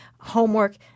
homework